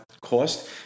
cost